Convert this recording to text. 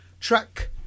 Track